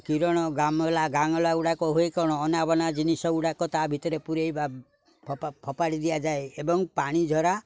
କିରଣ ଗୁଡ଼ାକ ହୁଅ କ'ଣ ଅନାବନା ଜିନିଷ ଗୁଡ଼ାକ ତା ଭିତରେ ପୁରାଇବା ଫୋପାଡ଼ି ଦିଆଯାଏ ଏବଂ ପାଣିଝରା